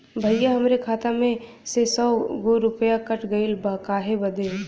भईया हमरे खाता में से सौ गो रूपया कट गईल बा काहे बदे?